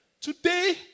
Today